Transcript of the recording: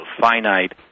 finite